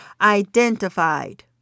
identified